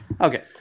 Okay